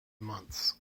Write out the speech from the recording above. months